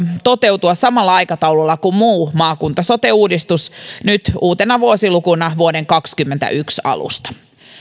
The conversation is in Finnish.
toteutua samalla aikataululla kuin muu maakunta sote uudistus nyt uutena vuosilukuna vuoden kaksituhattakaksikymmentäyksi alusta